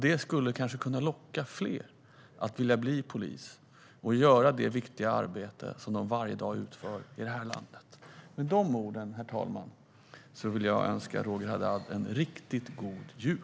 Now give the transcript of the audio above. Det skulle kanske locka fler till att vilja bli poliser och göra det viktiga arbete som de utför i det här landet varje dag. Herr talman! Med de orden vill jag önska Roger Haddad en riktigt god jul.